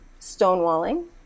stonewalling